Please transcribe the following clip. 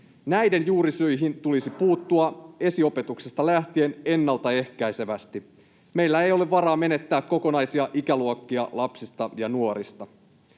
Näiden juurisyihin tulisi puuttua esiopetuksesta lähtien ennaltaehkäisevästi. Meillä ei ole varaa menettää kokonaisia ikäluokkia lapsista ja nuorista.